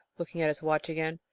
looking at his watch again.